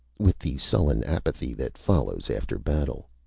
with the sullen apathy that follows after battle.